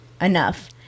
Enough